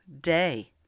day